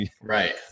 Right